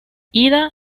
ida